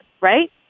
right